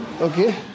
Okay